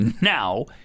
now